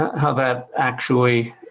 how that actually